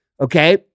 okay